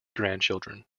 grandchildren